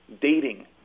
dating